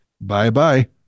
Bye-bye